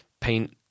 paint